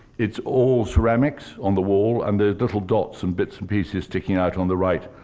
it's all ceramics on the wall, and there's little dots and bits and pieces sticking out on the right,